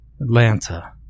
Atlanta